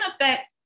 affect